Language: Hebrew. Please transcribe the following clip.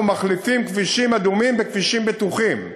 אנחנו מחליפים כבישים אדומים בכבישים בטוחים.